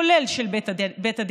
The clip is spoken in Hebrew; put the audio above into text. כולל של בית הדין,